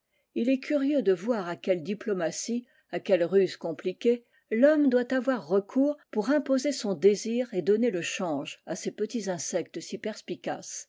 il est curieux de voir à quelle diplomatie à quelles ruses compliquées thomme doit avoir recours pour imposer son désir et donner le change à ces pelits insectes si perspicaces